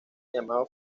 llamado